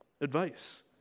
advice